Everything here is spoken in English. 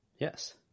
Yes